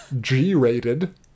G-rated